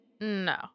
No